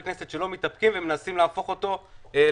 כנסת שלא מתאפקים ומנסים להפוך אותו לפוליטי.